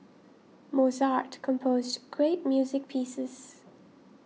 Mozart composed great music pieces